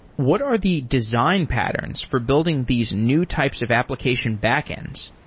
what are the design patterns for building these new types of application backends?